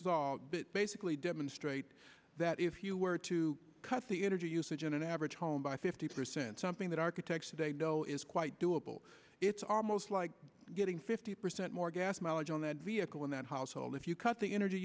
saw basically demonstrate that if you were to cut the energy usage in an average home by fifty percent something that architects today know is quite doable it's almost like getting fifty percent more gas mileage on that vehicle in that household if you cut the energy